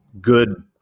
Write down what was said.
good